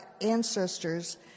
ancestors